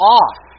off